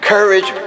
Courage